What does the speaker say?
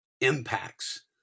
impacts